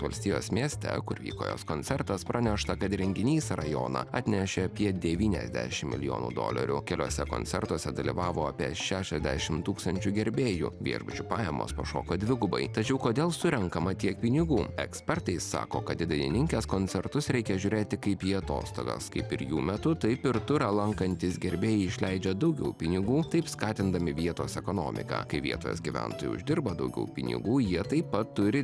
valstijos mieste kur vyko jos koncertas pranešta kad renginys į rajoną atnešė apie devyniasdešim milijonų dolerių keliuose koncertuose dalyvavo apie šešiasdešim tūkstančių gerbėjų viešbučių pajamos pašoko dvigubai tačiau kodėl surenkama tiek pinigų ekspertai sako kad į dainininkės koncertus reikia žiūrėti kaip į atostogas kaip ir jų metu taip ir turą lankantys gerbėjai išleidžia daugiau pinigų taip skatindami vietos ekonomiką kai vietos gyventojai uždirba daugiau pinigų jie taip pat turi